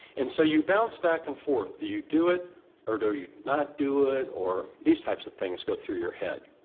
and so you bounce back and forth. do you do it or do you not do it or, these types of things go through your head.